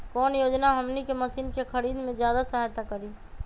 कौन योजना हमनी के मशीन के खरीद में ज्यादा सहायता करी?